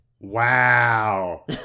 Wow